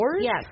Yes